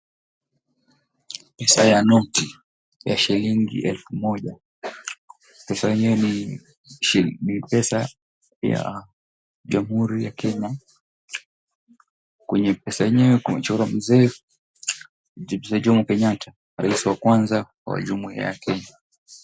Pesa ya noti ya shilingi elfu moja, pesa yenyewe ni ni pesa ya Jamhuri ya Kenya. Kwenye pesa yenyewe kumechorwa mzee, Mzee Jomo Kenyatta, raisi wa kwanza wa Jumuiya ya Kenya.